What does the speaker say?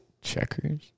Checkers